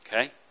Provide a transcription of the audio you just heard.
Okay